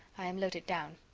i am loaded down.